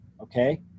okay